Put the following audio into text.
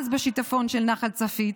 אז בשיטפון של נחל צפית,